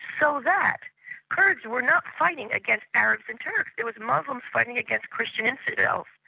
so that kurds were not fighting against arabs and turks, it was muslims fighting against christian infidels.